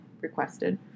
requested